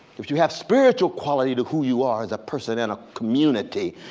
if you have spiritual quality to who you are as a person and a community,